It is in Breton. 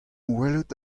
welet